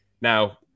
Now